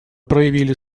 проявили